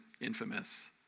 infamous